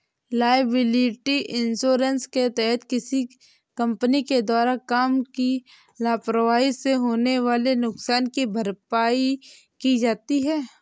liability insurance के तहत किसी कंपनी के द्वारा काम की लापरवाही से होने वाले नुकसान की भरपाई की जाती है